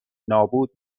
نابود